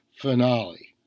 finale